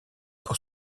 pour